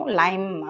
lime